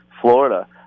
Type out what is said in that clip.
Florida